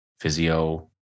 physio